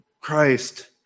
Christ